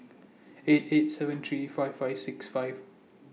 eight eight seven three five five six five